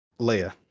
Leia